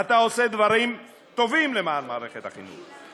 אתה עושה דברים טובים למען מערכת החינוך.